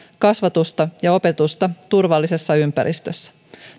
kasvatusta ja opetusta turvallisessa ympäristössä